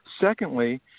Secondly